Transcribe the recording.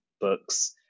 books